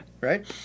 right